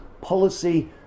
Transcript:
policy